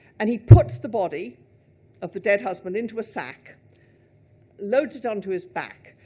and he puts the body of the dead husband into a sack loads it onto his back.